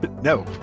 No